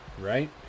right